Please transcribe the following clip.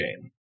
game